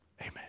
Amen